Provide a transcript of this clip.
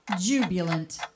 jubilant